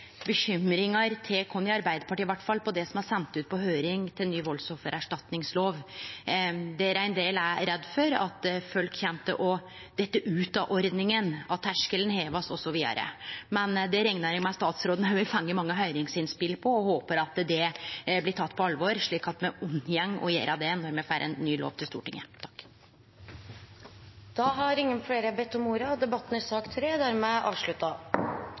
bekymringar, iallfall til oss i Arbeidarpartiet, rundt det som er sendt ut på høyring til ny valdsoffererstatningslov. Ein del er redde for at folk kjem til å dette ut av ordninga, at terskelen blir heva osv. Det reknar eg med at statsråden òg har fått mange høyringsinnspel på. Eg håpar det blir teke på alvor, slik at me unngår å gjere det når me får ein ny lov til Stortinget. Flere har ikke bedt om ordet til sak nr. 3. Etter ønske fra justiskomiteen vil presidenten ordne debatten